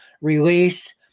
release